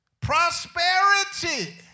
Prosperity